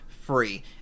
free